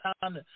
time